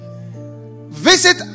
Visit